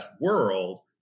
world